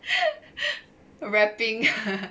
rapping